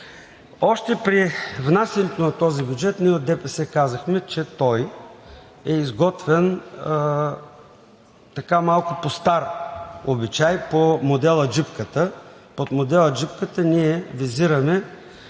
Още при внасянето на този бюджет ние от ДПС казвахме, че той е изготвен малко по стар обичай по модела „джипката“. Под модела „джипката“ ние визираме